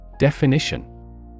Definition